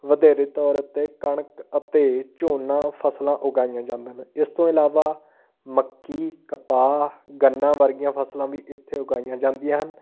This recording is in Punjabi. ਵਧੇਰੇ ਤੌਰ ਉੱਤੇ ਕਣਕ ਅਤੇ ਝੋਨਾ ਫਸਲਾਂ ਉਗਾਈਆਂ ਜਾਂਦੀਆ ਨੇ ਇਸ ਤੋਂ ਇਲਾਵਾ ਮੱਕੀ ਕਪਾਹ ਗੰਨਾ ਵਰਗੀਆਂ ਫਸਲਾਂ ਵੀ ਇੱਥੇ ਉਗਾਈਆਂ ਜਾਂਦੀਆਂ ਹਨ